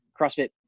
CrossFit